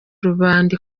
rubanda